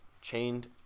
chained